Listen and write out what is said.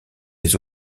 les